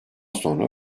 sonra